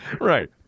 Right